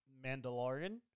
Mandalorian